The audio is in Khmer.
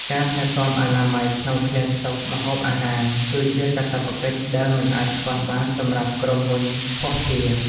ការថែទាំអនាម័យក្នុងឃ្លាំងស្តុកម្ហូបអាហារ គឺជាកាតព្វកិច្ចដែលមិនអាចខ្វះបានសម្រាប់ក្រុមហ៊ុនភស្តុភារ។